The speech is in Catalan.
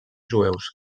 jueus